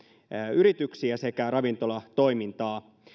yrityksiä sekä ravintolatoimintaa